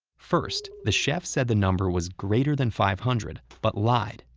first, the chef said the number was greater than five hundred but lied,